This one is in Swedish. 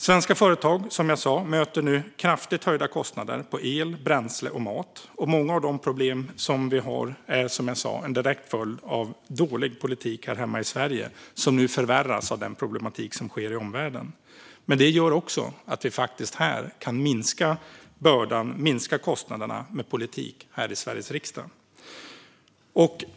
Svenska företag möter nu, som jag sa, kraftigt höjda kostnader på el, bränsle och mat. Många av de problemen är, som jag också sa, en direkt följd av dålig politik här hemma i Sverige som nu förvärras av den problematik som finns i omvärlden. Men det gör att vi faktiskt kan minska bördan och kostnaderna med hjälp av politik här i Sveriges riksdag.